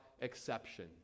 exception